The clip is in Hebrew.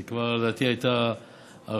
זו כבר,